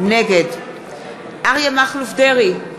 נגד אריה מכלוף דרעי,